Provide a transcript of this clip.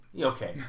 Okay